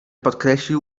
podkreślił